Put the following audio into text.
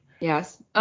Yes